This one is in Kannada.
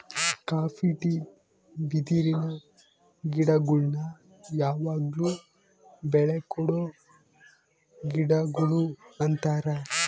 ಕಾಪಿ ಟೀ ಬಿದಿರಿನ ಗಿಡಗುಳ್ನ ಯಾವಗ್ಲು ಬೆಳೆ ಕೊಡೊ ಗಿಡಗುಳು ಅಂತಾರ